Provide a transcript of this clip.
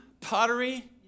pottery